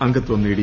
അംഗത്വം നേടി